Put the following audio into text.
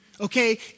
okay